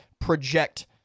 project